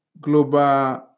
global